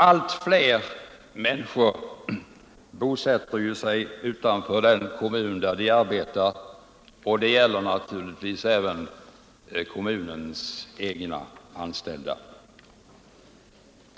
Allt fler människor bosätter sig ju utanför den kommun där de arbetar, och det gäller naturligtvis även kommunens egna anställda.